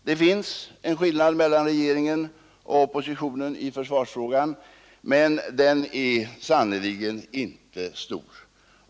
Det finns en skillnad mellan regeringen och oppositionen i försvarsfrågan, men den är sannerligen inte stor.